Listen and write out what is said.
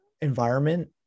environment